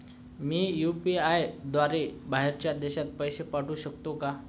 मी UPI द्वारे बाहेरच्या देशात पैसे पाठवू शकतो का?